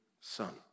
son